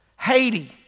Haiti